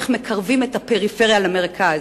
איך מקרבים את הפריפריה למרכז.